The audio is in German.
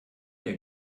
der